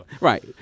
Right